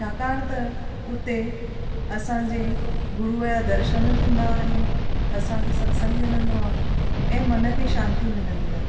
छाकाणि त हुते असांजे गुरूअ दर्शन थींदा आहिनि असांखे सतसंगु मिलंदो आहे ऐं मन खे शांती मिलंदी आहे